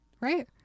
Right